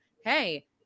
Hey